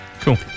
Cool